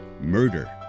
Murder